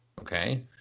okay